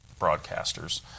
broadcasters